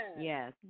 Yes